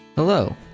Hello